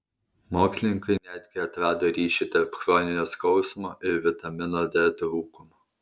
mokslininkai netgi atrado ryšį tarp chroninio skausmo ir vitamino d trūkumo